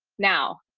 now,